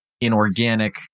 Inorganic